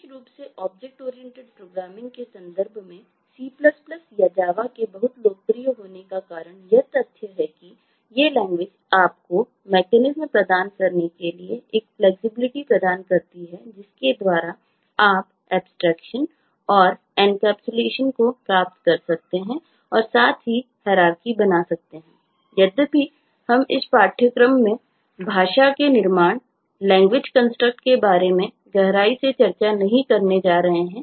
विशेष रूप सेऑब्जेक्ट oriented programming के बारे में गहराई से चर्चा नहीं करने जा रहे हैं